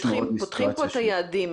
פותחים כאן את היעדים.